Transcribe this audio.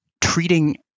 treating